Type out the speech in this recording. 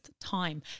time